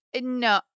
No